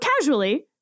casually